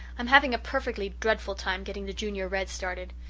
i'm having a perfectly dreadful time getting the junior reds started.